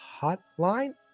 hotline